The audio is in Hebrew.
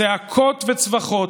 צעקות וצווחות,